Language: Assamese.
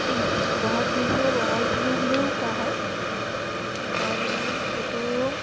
বহাগ বিহুক ৰঙালী বিহু বুলিও কোৱা হয় কাৰণ এইটো